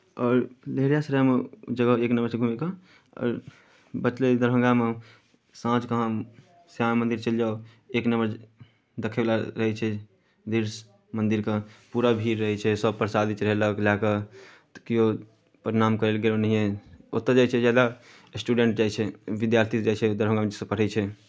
आओर लहेरिया सरायमे जगह एक नंबर छै घूमयके आओर बचलै दरभंगामे साँझकेँ अहाँ श्यामा मन्दिर चलि जाउ एक नंबर देखयबला रहै छै दृश्य मन्दिरके पूरा भीड़ रहै छै सभ परसादी चढ़यलक लए कऽ तऽ किओ प्रणाम करय लए गेल ओहिनाहिए ओतय जाइत छै जादा स्टूडेंट जाइ छै विद्यार्थी जाइ छै दरभंगामे जे सभ पढ़ैत छै